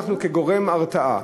אנחנו כגורם הרתעה,